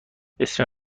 اسم